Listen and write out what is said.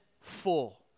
full